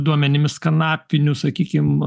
duomenimis kanapinių sakykim